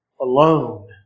alone